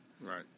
Right